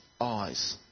eyes